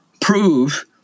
prove